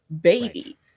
baby